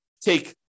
take